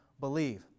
believe